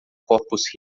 corpos